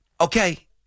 Okay